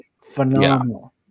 phenomenal